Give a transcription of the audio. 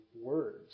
words